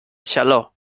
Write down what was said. xaló